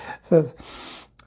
Says